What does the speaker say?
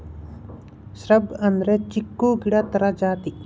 shrub ಅಂದ್ರೆ ಚಿಕ್ಕು ಗಿಡ ತರ ಜಾತಿ